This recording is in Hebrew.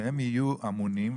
שהם יהיו אמונים,